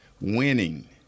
winning